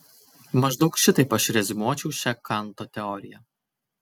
maždaug šitaip aš reziumuočiau šią kanto teoriją